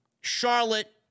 Charlotte